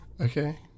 Okay